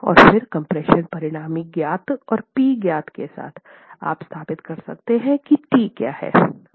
और फिर कम्प्रेशन परिणामी ज्ञात और पी ज्ञात के साथ आप स्थापित कर सकते हैं कि टी क्या है